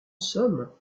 somme